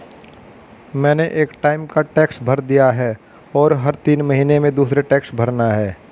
मैंने एक टाइम का टैक्स भर दिया है, और हर तीन महीने में दूसरे टैक्स भरना है